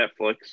Netflix